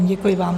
Děkuji vám.